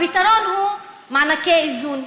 הפתרון הוא מענקי איזון.